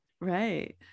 Right